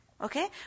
Okay